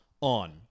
on